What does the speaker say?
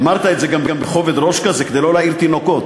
אמרת את זה גם בכובד ראש כזה כדי לא להעיר תינוקות.